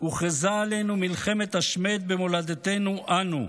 הוכרזה עלינו מלחמת השמד במולדתנו אנו.